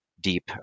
deep